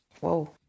Whoa